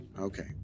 Okay